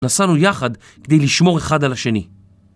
נסענו יחד כדי לשמור אחד על השני.